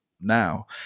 now